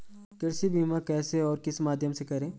कृषि बीमा कैसे और किस माध्यम से करें?